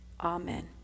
Amen